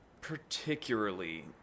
particularly